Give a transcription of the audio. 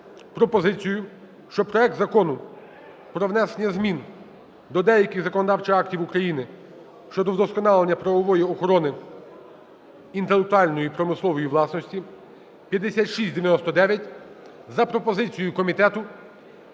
пропозицію, щоб проект Закону про внесення змін до деяких законодавчих актів України щодо вдосконалення правової охорони інтелектуальної (промислової) власності (5699) за пропозицією комітету